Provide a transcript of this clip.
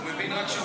תצא כבר,